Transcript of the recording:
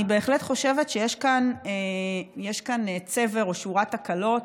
אני בהחלט חושבת שיש כאן צבר או שורת תקלות,